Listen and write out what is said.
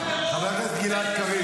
--- מחשיפה?